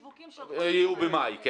ואמרתם שיהיו במאי.